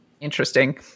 interesting